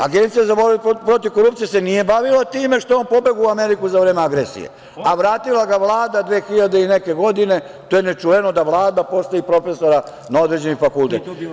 Agencija za borbu protiv korupcije se nije bavila time što je on pobegao u Ameriku za vreme agresije, a vratila ga Vlada 2000. i neke godine, to je nečuveno da Vlada postavi profesora na određeni fakultet.